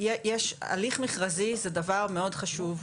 יש הליך מכרזי זה דבר מאוד חשוב,